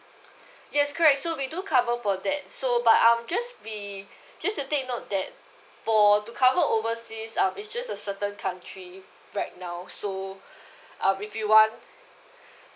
yes correct so we do cover for that so but um just be just to take note that for to cover overseas um is just a certain country right now so um if you want